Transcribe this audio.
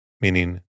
meaning